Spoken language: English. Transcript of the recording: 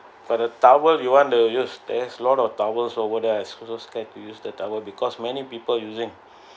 but the towel you want to use there's lot of towels over there I also scared to use the towels because many people using